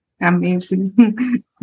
Amazing